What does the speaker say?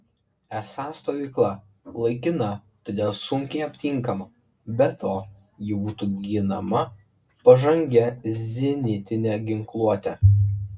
esą stovykla laikina todėl sunkiai aptinkama be to ji būtų ginama pažangia zenitine ginkluote